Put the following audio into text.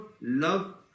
love